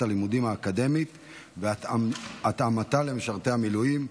הלימודים האקדמית והתאמתה למשרתי המילואים.